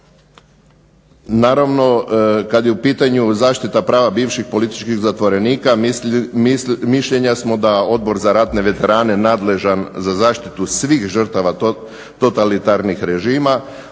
Naravno kad je u pitanju zaštita prava bivših političkih zatvorenika mišljenja smo da Odbor za ratne veterane nadležan za zaštitu svih žrtava totalitarnih režima,